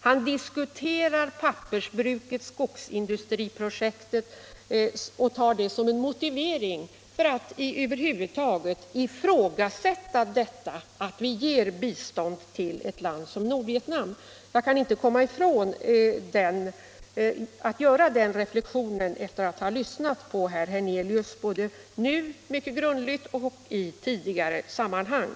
Han talar om de båda sakerna bara därför att han vill ha en motivering för att över huvud taget ifrågasätta det riktiga i att vi ger bistånd till ett land som Nordvietnam. Jag kan inte låta bli att göra den reflexionen, sedan jag har lyssnat på herr Hernelius mycket grundligt i dag och i tidigare sammanhang.